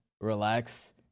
relax